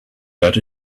that